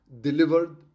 delivered